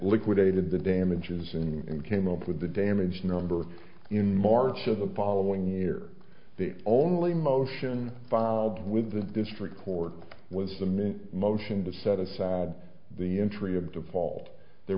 liquidated the damages and came up with the damage number in march of the following year the only motion filed with the district court was the main motion to set aside the entry of default there